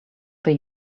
they